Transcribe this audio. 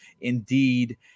indeed